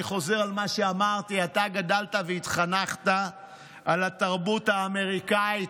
אני חוזר על מה שאמרתי: אתה גדלת והתחנכת על התרבות האמריקאית,